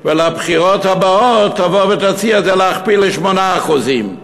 ובבחירות הבאות לא תבוא ותציע להכפיל את זה ל-8%?